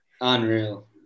unreal